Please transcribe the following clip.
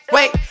Wait